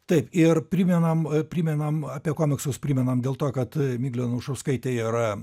taip ir primenam primenam apie komiksus primenam dėl to kad miglė anušauskaitė yra